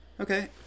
Okay